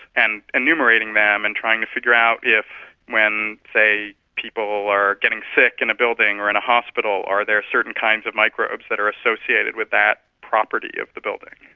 and enumerating them and trying to figure out if when, say, people are getting sick in a building or in a hospital, are there certain kinds of microbes that are associated with that property of the building.